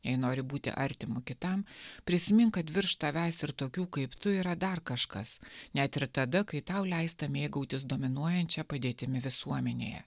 jei nori būti artimu kitam prisimink kad virš tavęs ir tokių kaip tu yra dar kažkas net ir tada kai tau leista mėgautis dominuojančia padėtimi visuomenėje